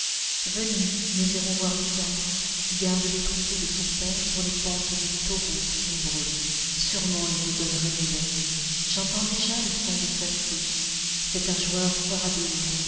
venez nous irons voir lykas qui garde les troupeaux de son père sur les pentes du tauros ombreux sûrement il nous donnera du lait j'entends déjà le son de sa flûte c'est un joueur fort habile